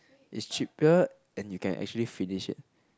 is cheaper and you can actually finish it